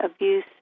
abuse